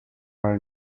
are